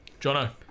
Jono